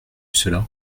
cela